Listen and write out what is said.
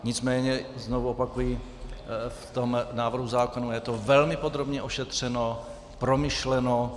Nicméně znovu opakuji, v tom návrhu zákona je to velmi podrobně ošetřeno, promyšleno.